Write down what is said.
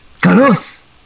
Carlos